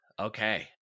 Okay